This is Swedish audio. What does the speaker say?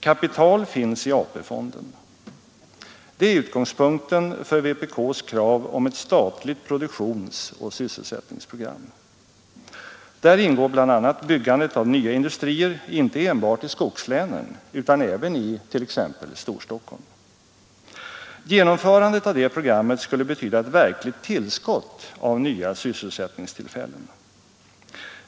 Kapital finns i AP-fonden. Det är utgångspunkten för vpk:s krav på ett statligt produktionsoch sysselsättningsprogram. Däri ingår bl.a. byggandet av nya industrier, inte enbart i skogslänen utan även t.ex. i Storstockholm. Genomförandet av detta program skulle betyda ett verkligt tillskott av nya sysselsättningstillfällen.